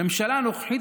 בממשלה הנוכחית,